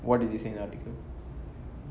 what does they say in the article